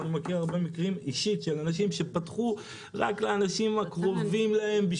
אני מכיר אישית הרבה מקרים של אנשים שפתחו רק לאנשים הקרובים להם,